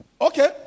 okay